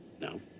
No